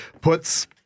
puts